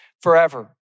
forever